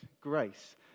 grace